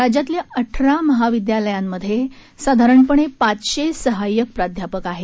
राज्यातील अठरा महाविद्यालयामध्ये साधारणपणे पाचशे सहाय्यक प्राध्यापक आहेत